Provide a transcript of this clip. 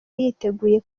yiteguye